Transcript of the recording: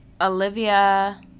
Olivia